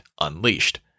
unleashed